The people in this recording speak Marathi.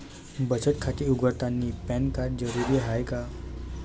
बचत खाते उघडतानी पॅन कार्ड जरुरीच हाय का?